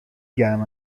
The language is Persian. گرم